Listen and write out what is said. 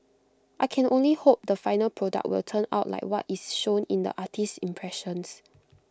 I can only hope the final product will turn out like what is shown in the artist's impressions